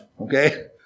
okay